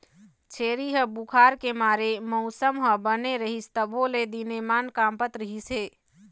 छेरी ह बुखार के मारे मउसम ह बने रहिस तभो ले दिनेमान काँपत रिहिस हे